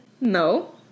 No